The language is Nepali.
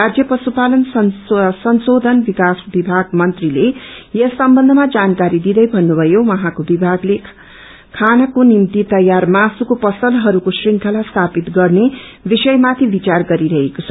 राज्य पशुपालन संशोषन विकास विभाग मन्त्रीले यस सम्बन्धमा जानकारी दिँदै भन्नुषयो उछौंको विभागले खानको निम्ति तयार मासुको पसलहरूको श्रृंखला स्थापित गर्ने विषयमाथि विचार गरिरहेको छ